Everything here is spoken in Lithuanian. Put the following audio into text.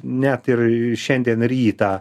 net ir šiandien rytą